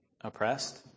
oppressed